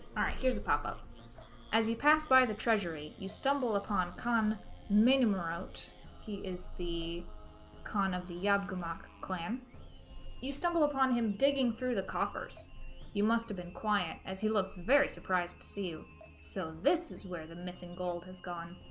all right here's a pop up as you pass by the treasury you stumble upon come mini morote he is the khan of the yamaka clam you stumble upon him digging through the coffers you must have been quiet as he looks very surprised to see you so this is where the missing gold has gone